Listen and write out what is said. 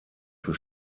für